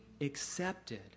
accepted